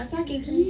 what the hell